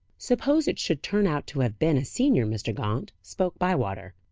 suppose it should turn out to have been a senior, mr. gaunt? spoke bywater.